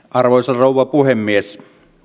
arvoisa rouva puhemies